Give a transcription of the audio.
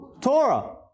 Torah